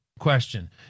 question